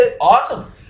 awesome